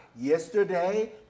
yesterday